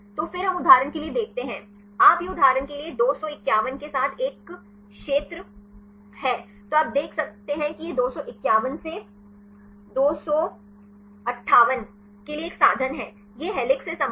तो फिर हम उदाहरण के लिए देखते हैं आप यह उदाहरण के लिए 251 के साथ एक क्षेत्र है तो आप देख सकते हैं कि यह 251 से 258 के लिए एक साधन है यह हेलिक्स से संबंधित है